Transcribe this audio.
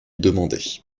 demander